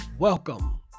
Welcome